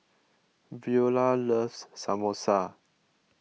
Veola loves Samosa